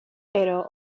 pero